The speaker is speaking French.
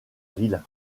ville